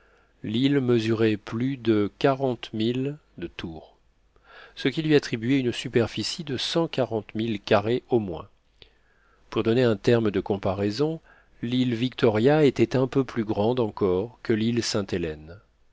l'île mesurait plus de quarante milles de tour ce qui lui attribuait une superficie de cent quarante milles carrés au moins pour donner un terme de comparaison l'île victoria était un peu plus grande encore que l'île